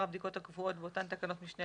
הבדיקות הקבועות באותן תקנות משנה,